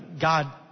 God